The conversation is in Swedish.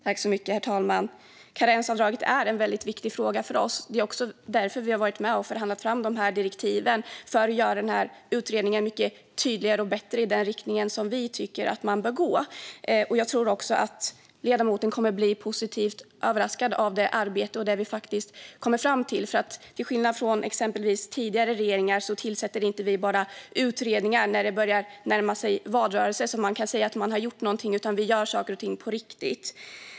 Herr talman! Karensavdraget är en väldigt viktig fråga för Sverigedemokraterna. Vi har varit med och förhandlat fram de här direktiven för att göra utredningen mycket tydligare och bättre och få den att gå i den riktning vi tycker att den bör gå. Jag tror också att ledamoten kommer att bli positivt överraskad av arbetet och det man kommer fram till, för till skillnad från exempelvis tidigare regeringar tillsätter vi inte bara utredningar när det börjar närma sig valrörelse för att kunna säga att man har gjort någonting, utan vi gör saker och ting på riktigt.